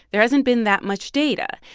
there hasn't been that much data.